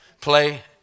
play